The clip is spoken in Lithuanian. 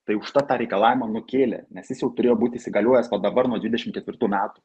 tai užtat tą reikalavimą nukėlė nes jis jau turėjo būti įsigaliojęs va dabar nuo dvidešim ketvirtų metų